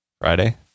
Friday